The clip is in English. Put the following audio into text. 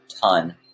ton